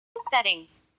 Settings